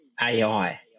AI